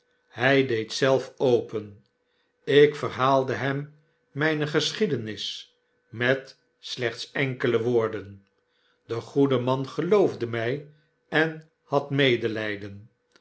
hy deed zelf open ik verhaaldehem myne geschiedenis met slechts enkele woorden de goede man geloofde my en had medelyden